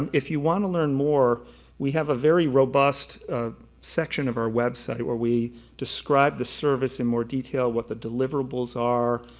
um if you want to learn more we have a very robust section of our website where we describe the service in more detail, what the deliverables are,